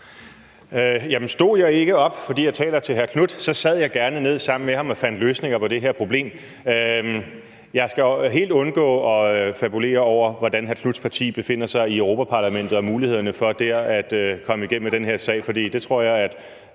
stod jeg ikke op, fordi jeg taler til hr. Marcus Knuth, så sad jeg gerne ned sammen med ham og fandt løsninger på det her problem. Jeg skal helt undgå at fabulere over, hvordan hr. Knuths parti befinder sig i Europa-Parlamentet, og mulighederne for dér at komme igennem med den her sag, for der tror jeg at